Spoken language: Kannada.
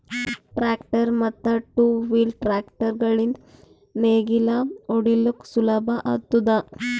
ಟ್ರ್ಯಾಕ್ಟರ್ ಮತ್ತ್ ಟೂ ವೀಲ್ ಟ್ರ್ಯಾಕ್ಟರ್ ಗಳಿಂದ್ ನೇಗಿಲ ಹೊಡಿಲುಕ್ ಸುಲಭ ಆತುದ